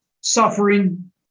suffering